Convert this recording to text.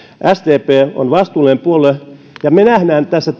sdp on vastuullinen puolue ja me näemme tässä